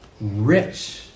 Rich